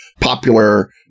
popular